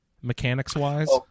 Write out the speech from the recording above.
mechanics-wise